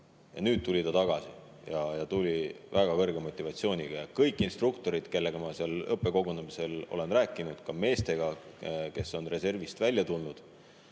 ja nüüd tuli ta tagasi väga kõrge motivatsiooniga. Kõikidel instruktoritel, kellega ma seal õppekogunemisel rääkisin, ka meestel, kes on reservist välja tulnud,